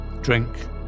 drink